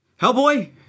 Hellboy